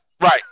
Right